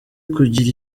kugira